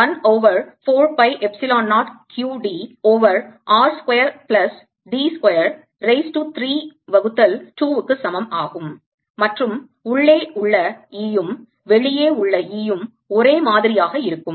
1 over 4 pi epsilon 0 q d over r square plus d square raise to 3 வகுத்தல் 2 க்கு சமம் ஆகும் மற்றும் உள்ளே உள்ள Eயும் வெளியே உள்ள Eயும் ஒரே மாதிரியாக இருக்கும்